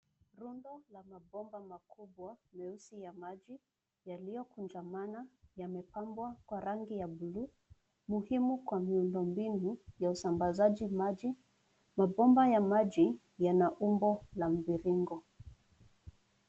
Rundo la mabomba makubwa meusi ya maji yaliyo kinjamana yamepambwa kwa rangi ya bluu muhimu kwa miundo mbinu ya usambazaji maji. Mabomba ya maji yana umbo la mviringo.